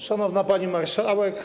Szanowna Pani Marszałek!